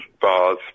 bars